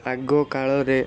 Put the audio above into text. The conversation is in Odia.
ଆଗକାଳରେ